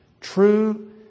True